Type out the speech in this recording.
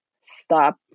stop